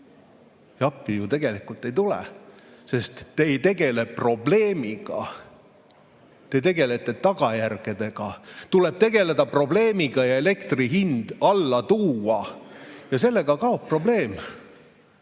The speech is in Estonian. Aga appi ju tegelikult ei tule, sest te ei tegele probleemiga. Te tegelete tagajärgedega. Tuleb tegeleda probleemiga, elektri hind alla tuua, ja sellega kaob probleem.